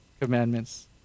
commandments